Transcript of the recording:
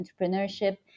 entrepreneurship